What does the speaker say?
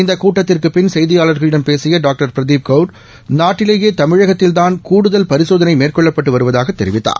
இந்தகூட்டத்திற்குப் பின் செய்தியாளர்களிடம் பேசியடாக்டர் பிரதீப் கௌர் நாட்டிலேயேதமிழகத்தில்தான் கூடுதல் பரிசோதனைமேற்கொள்ளப்பட்டுவருவதாகத் தெரிவித்தார்